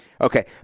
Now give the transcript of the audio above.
Okay